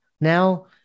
now